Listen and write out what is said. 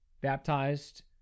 baptized